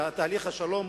תהליך השלום,